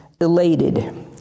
elated